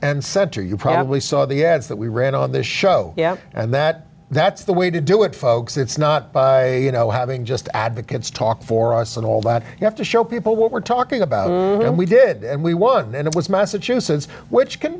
and center you probably saw the ads that we ran on this show yeah and that that's the way to do it folks it's not you know having just advocates talk for us and all that you have to show people what we're talking about and we did and we won and it was massachusetts which can